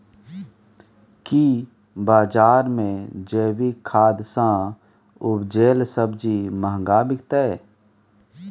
की बजार मे जैविक खाद सॅ उपजेल सब्जी महंगा बिकतै?